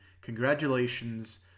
Congratulations